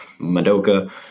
Madoka